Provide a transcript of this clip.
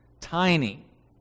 Tiny